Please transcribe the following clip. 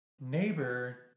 neighbor